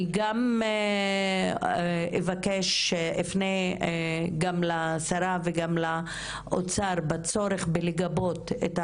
אני גם אבקש ואני אפנה גם לשרה וגם למשרד האוצר בעניין הצורך שלכם